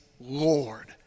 Lord